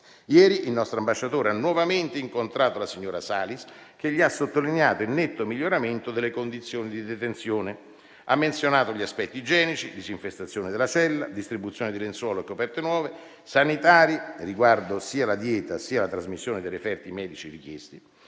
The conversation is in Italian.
Ieri il nostro ambasciatore ha nuovamente incontrato la signora Salis, che gli ha sottolineato il netto miglioramento delle condizioni di detenzione; ha menzionato gli aspetti igienici (disinfestazione della cella, distribuzione di lenzuola e coperte nuove) e sanitari (riguardo sia la dieta sia la trasmissione dei referti medici richiesti),